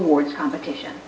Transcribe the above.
award competition